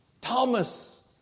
Thomas